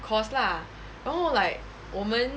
course lah oh like 我们